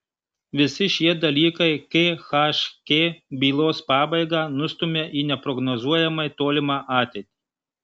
visi šie dalykai khk bylos pabaigą nustumia į neprognozuojamai tolimą ateitį